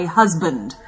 husband